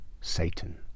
Satan